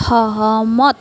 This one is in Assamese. সহমত